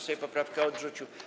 Sejm poprawkę odrzucił.